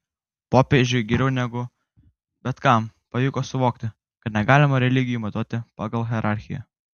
popiežiui geriau negu bet kam pavyko suvokti kad negalima religijų matuoti pagal hierarchiją